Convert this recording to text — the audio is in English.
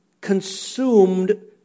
consumed